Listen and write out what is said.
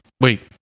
Wait